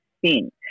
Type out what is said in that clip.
thin